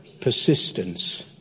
persistence